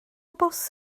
bws